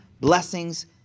blessings